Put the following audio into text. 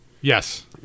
Yes